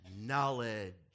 knowledge